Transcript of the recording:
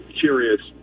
curious